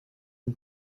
and